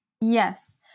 Yes